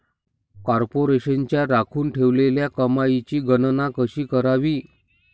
कॉर्पोरेशनच्या राखून ठेवलेल्या कमाईची गणना कशी करावी